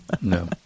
No